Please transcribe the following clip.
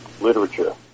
literature